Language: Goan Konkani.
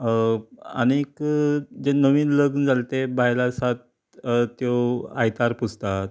आनीक जी नवीन लग्न जालें त्यो बायलो आसात त्यो आयतार पुजतात